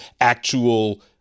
actual